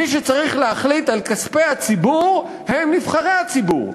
מי שצריך להחליט על כספי הציבור הם נבחרי הציבור,